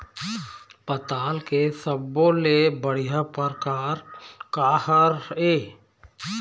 पताल के सब्बो ले बढ़िया परकार काहर ए?